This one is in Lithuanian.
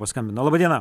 paskambino laba diena